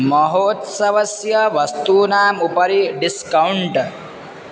महोत्सवस्य वस्तूनाम् उपरि डिस्कौण्ट्